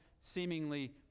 seemingly